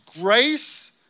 grace